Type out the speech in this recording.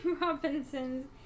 Robinson's